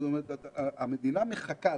המדינה מחכה,